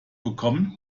bekommen